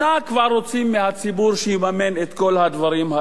כבר רוצים מהציבור שיממן את כל הדברים האלה.